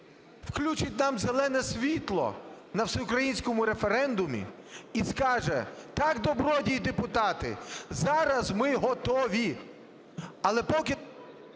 включить нам зелене світло на всеукраїнському референдумі і скаже: "Так, добродії депутати, зараз ми готові". Але поки…